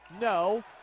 no